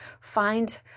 find